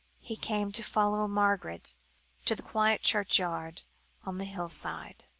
he came to follow margaret to the quiet churchyard on the hill-side.